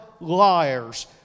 liars